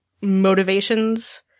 motivations